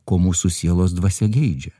ko mūsų sielos dvasia geidžia